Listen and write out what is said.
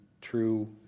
true